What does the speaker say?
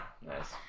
Nice